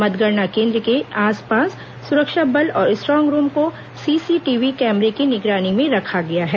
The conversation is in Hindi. मतगणना केन्द्र के आस पास सुरक्षा बल और स्ट्रांग रूम को सीसीटीवी कैमरे की निगरानी में रखा गया है